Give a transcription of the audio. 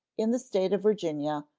in the state of virginia,